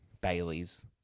Bailey's